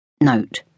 Note